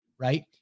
right